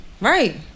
Right